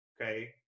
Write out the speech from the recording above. okay